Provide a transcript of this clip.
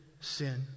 sin